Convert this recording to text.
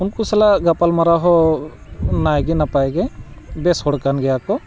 ᱩᱱᱠᱩ ᱥᱟᱞᱟᱜ ᱜᱟᱯᱟᱞᱢᱟᱨᱟᱣ ᱦᱚᱸ ᱱᱟᱭᱜᱮ ᱱᱟᱯᱟᱭ ᱜᱮ ᱵᱮᱥ ᱦᱚᱲ ᱠᱟᱱ ᱜᱮᱭᱟ ᱠᱚ